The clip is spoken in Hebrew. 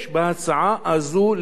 יש בהצעה הזאת,